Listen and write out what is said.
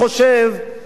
יש לנו היכולת.